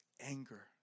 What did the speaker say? anger